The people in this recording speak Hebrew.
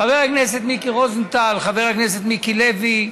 חבר הכנסת מיקי רוזנטל, חבר הכנסת מיקי לוי,